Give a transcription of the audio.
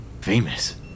Famous